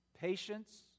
patience